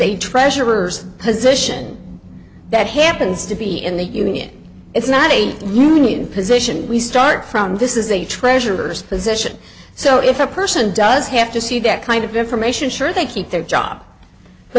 treasurer's position that happens to be in the union it's not a union position we start from this is a treasurer's position so if a person does have to see that kind of information sure they keep their job the